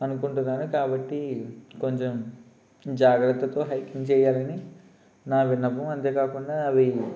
అనుకుంటున్నాను కాబట్టి కొంచెం జాగ్రత్తతో హైకింగ్ చేయాలని నా విన్నపం అంతే కాకుండా అవి